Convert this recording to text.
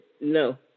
no